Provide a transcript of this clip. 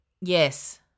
Yes